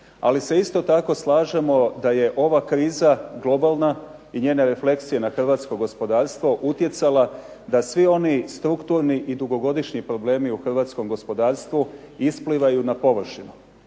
ali se isto tako slažemo da je ova kriza globalna i njene refleksije na hrvatsko gospodarstvo utjecala da svi oni strukturni i dugogodišnji problemi u hrvatskom gospodarstvu isplivaju na površinu.